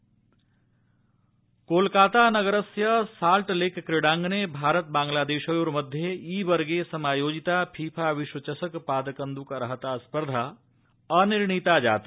बैडमिंग् कोलकाता नगरस्य साल्टलेक क्रीडाङ्गणे भारत बांग्लादेशयोर्मध्यै ई वर्गे समायोजिता फीफा विश्वचषकपादकन्दकार्हता स्पर्धा अनिर्णीता जाता